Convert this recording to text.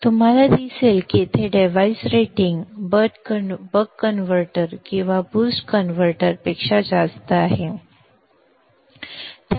तुम्हाला दिसेल की येथे डिव्हाइस रेटिंग बक कन्व्हर्टर किंवा बूस्ट कन्व्हर्टरपेक्षा खूप जास्त असेल